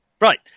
Right